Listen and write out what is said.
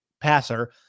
passer